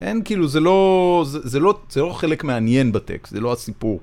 אין, כאילו, זה לא... זה לא חלק מעניין בטקסט, זה לא הסיפור.